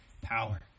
power